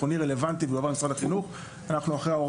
אנחנו --- למשרד המשפטים לבצע את הבדיקה הזאת.